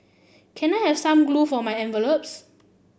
can I have some glue for my envelopes